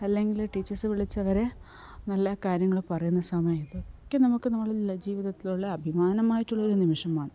അല്ലെങ്കിൽ ടീച്ചേഴ്സ് വിളിച്ചവരെ നല്ല കാര്യങ്ങൾ പറയുന്ന സമയം ഒക്കെ നമുക്ക് നമ്മുടെ ജീവിതത്തിലുള്ള അഭിമാനമായിട്ടുള്ള ഒരു നിമിഷമാണ്